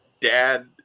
dad